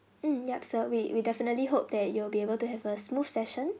mm yup sir we we definitely hope that you will be able to have a smooth session